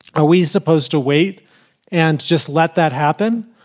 are we supposed to wait and just let that happen?